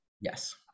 Yes